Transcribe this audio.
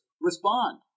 respond